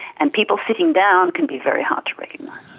and people sitting down can be very hard to recognise.